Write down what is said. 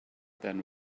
then